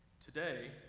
Today